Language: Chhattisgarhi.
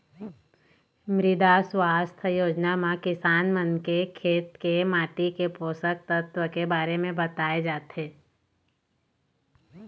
मृदा सुवास्थ योजना म किसान मन के खेत के माटी के पोसक तत्व के बारे म बताए जाथे